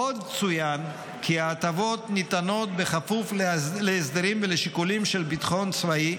עוד צוין כי ההטבות ניתנות בכפוף להסדרים ולשיקולים של ביטחון צבאי,